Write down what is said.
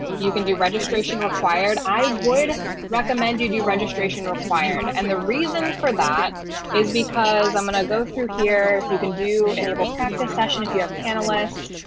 you can do registration required, i would recommend you do registration required. and the reason for that is because i'm going to go through here you can do enable practice session if you have panelists.